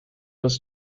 was